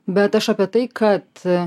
bet aš apie tai kad